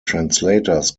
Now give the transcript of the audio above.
translators